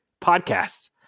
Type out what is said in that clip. podcasts